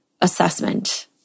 assessment